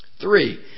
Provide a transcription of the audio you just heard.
Three